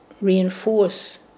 reinforce